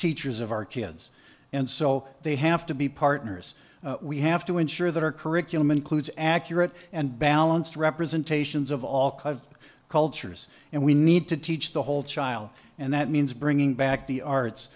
teachers of our kids and so they have to be partners we have to ensure that our curriculum includes accurate and balanced representations of all kinds of cultures and we need to teach the whole child and that means bringing back the arts